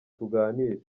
tuganire